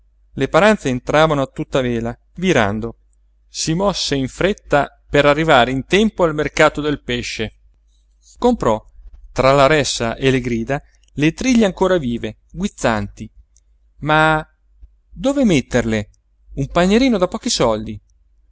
le paranze entravano a tutta vela virando si mosse in fretta per arrivare in tempo al mercato del pesce comprò tra la ressa e le grida le triglie ancora vive guizzanti ma dove metterle un panierino da pochi soldi